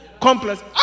complex